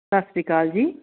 ਸਤਿ ਸ਼੍ਰੀ ਅਕਾਲ ਜੀ